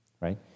right